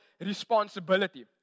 responsibility